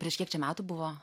prieš kiek čia metų buvo